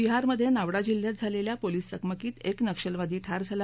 बिहारमधे नावडा जिल्ह्यात झालेल्या पोलीस चकमकीत एक नक्षलवादी ठार झाला